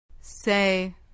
Say